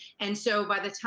and so by the time,